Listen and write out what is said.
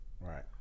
Right